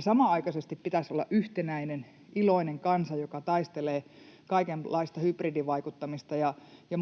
Samanaikaisesti pitäisi olla yhtenäinen, iloinen kansa, joka taistelee kaikenlaista hybridivaikuttamista ja